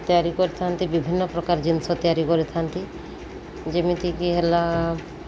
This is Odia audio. ତିଆରି କରିଥାନ୍ତି ବିଭିନ୍ନପ୍ରକାର ଜିନିଷ ତିଆରି କରିଥାନ୍ତି ଯେମିତିକି ହେଲା